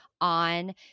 on